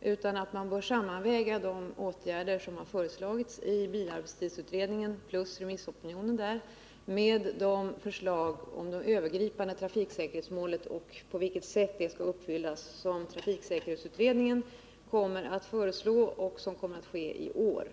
i stället att man bör sammanväga de åtgärder som har föreslagits av bilarbetstidsutredningen plus remissopinionen med de förslag om det övergripande trafiksäkerhetsmålet och på vilket sätt det skall uppnås som trafiksäkerhetsutredningen kommer att föreslå, vilket sker i år.